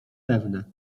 pewne